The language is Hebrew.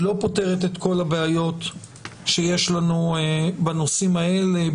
היא לא פותרת את כל הבעיות שיש לנו בנושאים האלה,